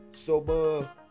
sober